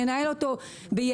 ננהל אותו ביעילות.